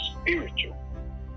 spiritual